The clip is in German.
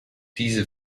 diese